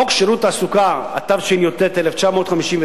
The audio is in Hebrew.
חוק שירות התעסוקה, התשי"ט 1959,